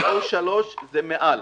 ו-O3 זה מעל.